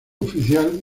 oficial